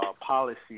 policy